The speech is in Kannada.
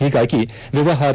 ಹೀಗಾಗಿ ವ್ಯವಹಾರ